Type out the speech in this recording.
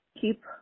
keep